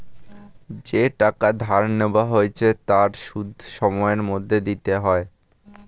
যেই টাকা ধার নেওয়া হয়েছে তার সুদ সময়ের মধ্যে দিতে হয়